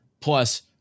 plus